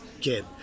kid